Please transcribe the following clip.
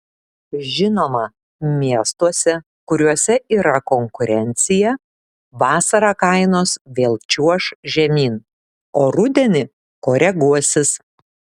žinoma miestuose kuriuose yra konkurencija vasarą kainos vėl čiuoš žemyn o rudenį koreguosis